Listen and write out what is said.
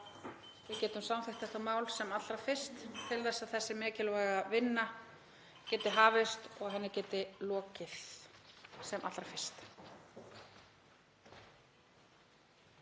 við getum samþykkt þetta mál sem allra fyrst til þess að þessi mikilvæga vinna geti hafist og að henni geti lokið sem allra fyrst.